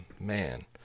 Man